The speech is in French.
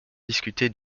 discuté